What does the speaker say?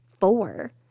four